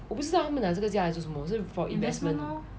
我不知道他们拿这个家是做什么是 for investment